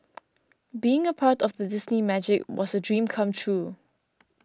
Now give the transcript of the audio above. being a part of the Disney Magic was a dream come true